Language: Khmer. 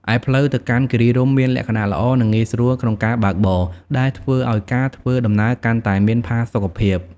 ឯផ្លូវទៅកាន់គិរីរម្យមានលក្ខណៈល្អ និងងាយស្រួលក្នុងការបើកបរ ដែលធ្វើឲ្យការធ្វើដំណើរកាន់តែមានផាសុកភាព។